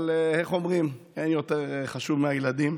אבל איך אומרים, אין יותר חשוב מהילדים.